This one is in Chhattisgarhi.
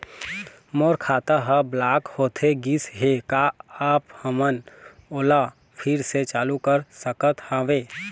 मोर खाता हर ब्लॉक होथे गिस हे, का आप हमन ओला फिर से चालू कर सकत हावे?